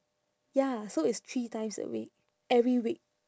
ya so it's three times a week every week